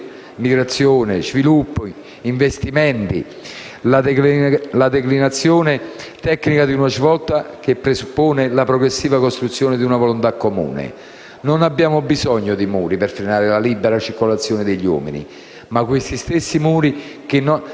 migrazione, sviluppo, investimenti. La declinazione tecnica di una svolta che presuppone la progressiva costruzione di una volontà comune. Non abbiamo bisogno di muri per frenare la libera circolazione degli uomini, ma questi stessi muri non